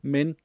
Men